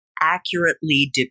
accurately